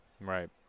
Right